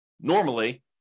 normally